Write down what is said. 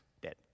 dead